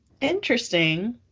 Interesting